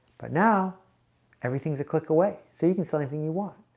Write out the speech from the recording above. but now everything's a click away so you can sell anything you want.